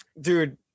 Dude